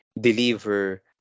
deliver